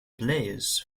players